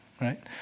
right